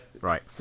Right